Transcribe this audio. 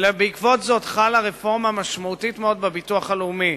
ובעקבות זה חלה רפורמה משמעותית מאוד בביטוח הלאומי,